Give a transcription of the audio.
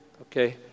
Okay